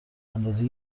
اندازی